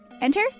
Enter